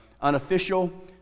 unofficial